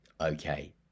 Okay